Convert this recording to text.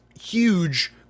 huge